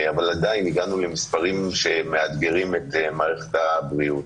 אבל עדיין הגענו למספרים שמאתגרים את מערכת הבריאות.